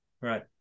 Right